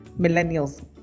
millennials